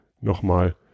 nochmal